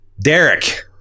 Derek